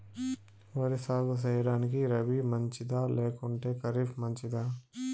వరి సాగు సేయడానికి రబి మంచిదా లేకుంటే ఖరీఫ్ మంచిదా